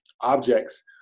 objects